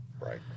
Right